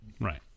Right